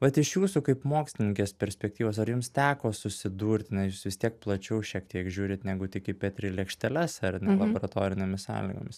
vat iš jūsų kaip mokslininkės perspektyvos ar jums teko susidurti na jūs vis tiek plačiau šiek tiek žiūrit negu tik į petri lėkšteles ar ne laboratorinėmis sąlygomis